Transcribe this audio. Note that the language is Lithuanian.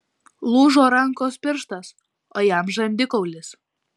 lūžo rankos pirštas o jam žandikaulis